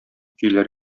көйләр